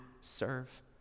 serve